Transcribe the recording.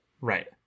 Right